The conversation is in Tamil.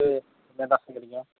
இது